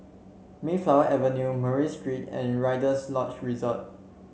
Mayflower Avenue Murray Street and Rider's Lodge Resort